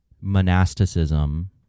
monasticism